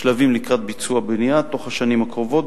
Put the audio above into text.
בשלבים לקראת ביצוע בנייה תוך השנים הקרובות,